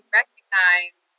recognize